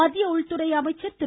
மத்திய உள்துறை அமைச்சர் திரு